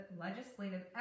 legislative